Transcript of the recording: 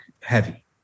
heavy